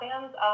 fans